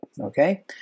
okay